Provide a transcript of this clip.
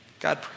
God